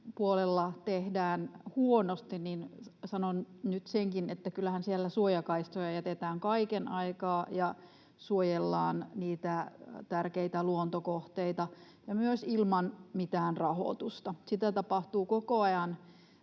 metsäpuolella tehdään huonosti, niin sanon nyt senkin, että kyllähän siellä suojakaistoja jätetään kaiken aikaa ja suojellaan niitä tärkeitä luontokohteita ja myös ilman mitään rahoitusta. Sitä tapahtuu koko ajan